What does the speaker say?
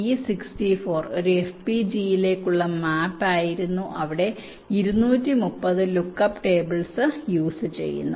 ഈ e64 ഒരു FPGA യിലേക്കുള്ള മാപ്പായിരുന്നു അവിടെ 230 ലുക്ക് അപ്പ് ടേബിൾസ് യൂസ് ചെയ്യുന്നു